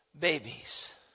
babies